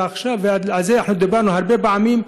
ועל זה אנחנו דיברנו הרבה פעמים,